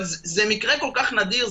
אבל זה מקרה כל כך נדיר.